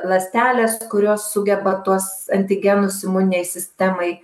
ląstelės kurios sugeba tuos antigenus imuninei sistemai